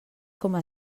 coma